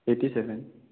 eighty seven